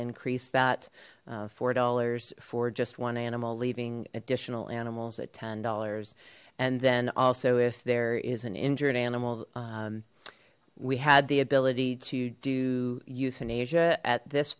increase that four dollars for just one animal leaving additional animals at ten dollars and then also if there is an injured animal we had the ability to do euthanasia at this